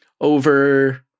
over